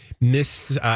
Miss